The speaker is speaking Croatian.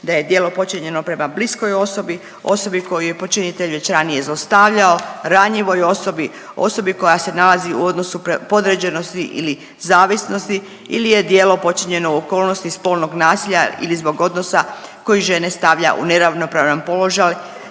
da je djelo počinjeno prema bliskoj osobi, osobi koju je počinitelj već ranije zlostavljao, ranjivoj osobi, osobi koja se nalazi u odnosu podređenosti ili zavisnosti ili je djelo počinjeno u okolnosti spolnog nasilja ili zbog odnosa koji žene stavlja u neravnopravan položaj,